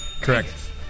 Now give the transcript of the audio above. Correct